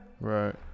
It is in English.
right